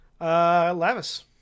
Lavis